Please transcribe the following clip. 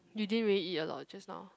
you didn't really eat a lot just now